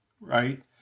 right